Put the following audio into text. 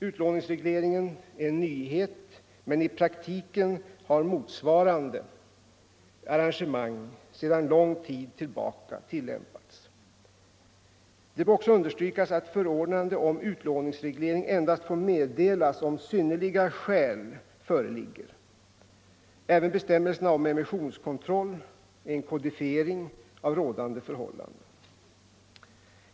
Utlåningsregleringen är en nyhet, men i praktiken har motsvarande arrangemang sedan lång tid tillbaka gällt. Det bör dock understrykas att förordnande om utlåningsreglering endast får meddelas om synnerliga skäl föreligger. Även bestämmelserna om emissionskontroll är en kodifiering av rådande förhållanden.